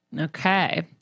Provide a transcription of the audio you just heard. Okay